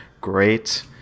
great